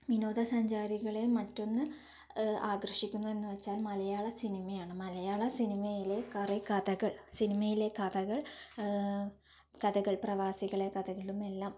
വിനോദസഞ്ചാരികളെ മറ്റൊന്ന് ആകർഷിക്കുന്നത് എന്ന് വെച്ചാൽ മലയാള സിനിമ ആണ് മലയാള സിനിമയിലെ കുറേ കഥകൾ സിനിമയിലെ കഥകൾ കഥകൾ പ്രവാസികളെ കഥകളും എല്ലാം